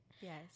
Yes